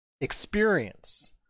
experience